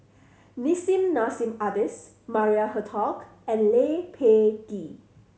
Nissim Nassim Adis Maria Hertogh and Lee Peh Gee